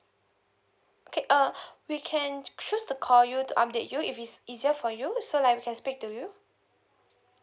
okay uh we can choose to call you to update you if it's easier for you so like we can speak to you